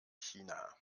china